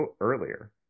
earlier